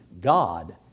God